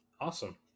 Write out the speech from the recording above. Awesome